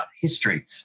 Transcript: history